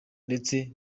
ndetse